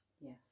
yes